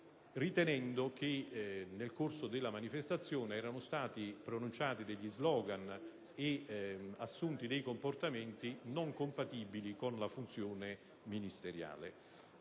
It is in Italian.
ritenendo che nel corso della stessa fossero stati pronunciati *slogan* e assunti comportamenti non compatibili con la funzione ministeriale.